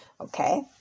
Okay